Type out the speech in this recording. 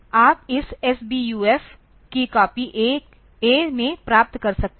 आप इस SBUF की कॉपी A में प्राप्त कर सकते हैं